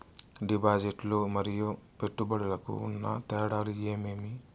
డిపాజిట్లు లు మరియు పెట్టుబడులకు ఉన్న తేడాలు ఏమేమీ?